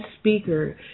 speaker